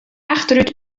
achterút